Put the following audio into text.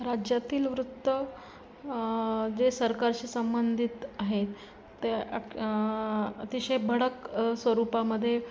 राज्यातील वृत्त जे सरकारशी संबंधित आहेत त्या अतिशय भडक स्वरूपामध्ये